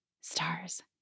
Stars